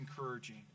encouraging